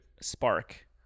spark